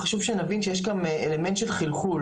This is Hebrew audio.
חשוב שנבין שיש גם אלמנט של חלחול.